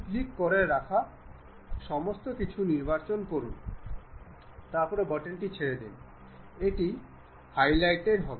আমরা এই নির্দিষ্ট এজেস এবং এই এজেস টি নির্বাচন করব এবং আমরা এই মিনি টুলবারে ক্লিক করব